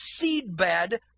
seedbed